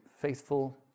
faithful